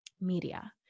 media